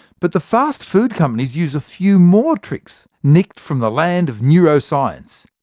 but the fast food companies use a few more tricks nicked from the land of neuroscience.